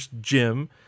Jim